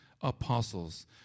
apostles